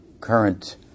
current